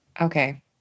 Okay